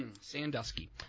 Sandusky